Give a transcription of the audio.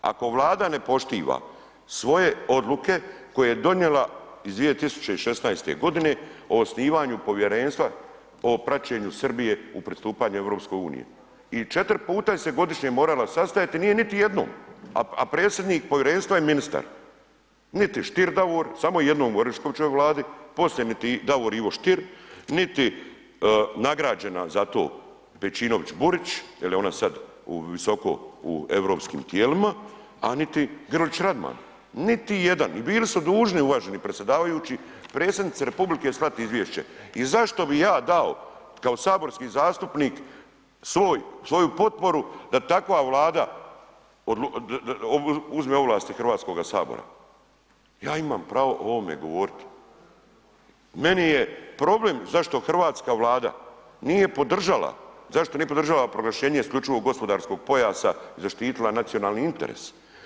Ako Vlada ne poštiva svoje odluke koje je donijela iz 2016.g. o osnivanju Povjerenstva o praćenju Srbije u pristupanju EU i 4 puta se je godišnje moralo sastajati, nije niti jednom, a predsjednik povjerenstva je ministar, niti Stier Davor, samo je jednom u Oreškovićevoj Vladi, poslije niti Davor Ivo Stier, niti nagrađena za to Pejčinović Burić jel je ona sad visoko u europskim tijelima, a niti Grlić Radman, niti jedan i bili su dužni uvaženi predsjedavajući predsjednici RH slati izvješće i zašto bi ja dao kao saborski zastupnik svoj, svoju potporu da takva Vlada uzme ovlasti HS, ja imamo pravo o ovome govoriti, meni je problem zašto hrvatska Vlada nije podržala, zašto nije podržala proglašenje IGP-a i zaštitila nacionalni interes?